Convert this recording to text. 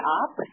up